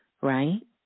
right